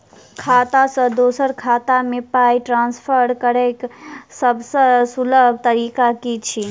खाता सँ दोसर खाता मे पाई ट्रान्सफर करैक सभसँ सुलभ तरीका की छी?